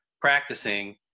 practicing